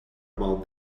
about